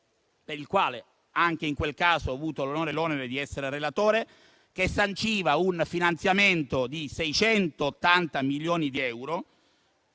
per il quale anche in quel caso ho avuto l'onore e l'onere di essere relatore, che sanciva un finanziamento di 680 milioni di euro